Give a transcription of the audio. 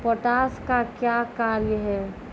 Potash का क्या कार्य हैं?